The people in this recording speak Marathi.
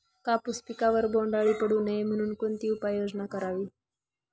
कापूस पिकावर बोंडअळी पडू नये म्हणून कोणती उपाययोजना करावी?